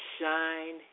shine